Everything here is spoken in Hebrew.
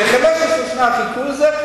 זה ש-15 שנה חיכו לזה,